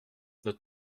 notre